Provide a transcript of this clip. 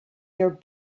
your